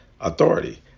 authority